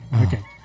Okay